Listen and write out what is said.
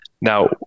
Now